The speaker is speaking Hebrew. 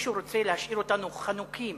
מישהו רוצה להשאיר אותנו חנוקים